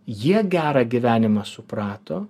jie gerą gyvenimą suprato